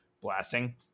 blasting